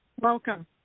Welcome